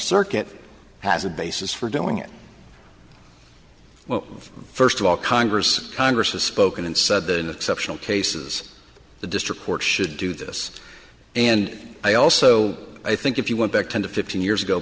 circuit has a basis for doing it well first of all congress congress has spoken and said the cases the district courts should do this and i also i think it he went back ten to fifteen years ago